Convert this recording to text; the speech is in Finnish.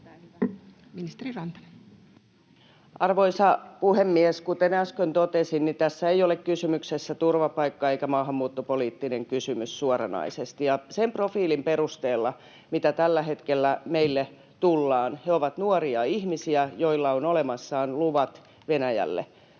Arvoisa puhemies! Kuten äsken totesin, tässä ei ole kysymyksessä turvapaikka- eikä maahanmuuttopoliittinen kysymys suoranaisesti. Sen profiilin perusteella, mitä tällä hetkellä meille tullaan, he ovat nuoria ihmisiä, joilla on olemassaan luvat Venäjälle,